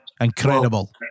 incredible